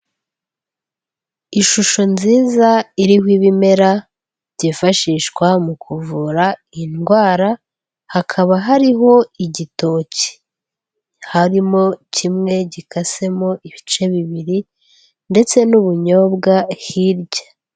Ishusho nziza iriho ibimera byifashishwa mu kuvura indwara hakaba hariho igitoki, harimo kimwe gikasemo ibice bibiri ndetse n'ubunyobwa hirya.